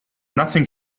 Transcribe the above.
nothing